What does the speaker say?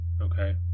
Okay